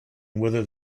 whether